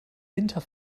winter